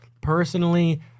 Personally